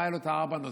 והיו בו ארבעה נושאים,